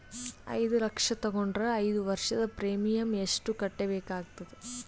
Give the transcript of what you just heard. ಐದು ಲಕ್ಷ ತಗೊಂಡರ ಐದು ವರ್ಷದ ಪ್ರೀಮಿಯಂ ಎಷ್ಟು ಕಟ್ಟಬೇಕಾಗತದ?